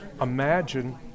imagine